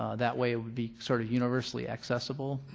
that way it would be sort of universally accessible,